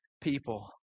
people